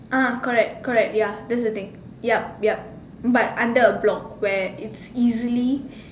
ah correct correct ya that's the thing yup yup but under a block where it's easily